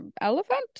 Elephant